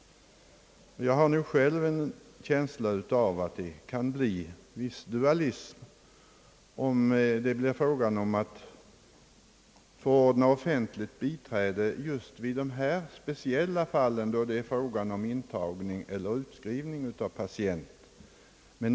Jag har själv en känsla av att det kan förekomma viss dualism när det gäller att förordna offentligt biträde vid dessa speciella fall, då det är fråga om intagning eller utskrivning av patient.